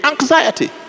anxiety